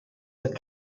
but